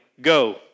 go